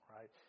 Right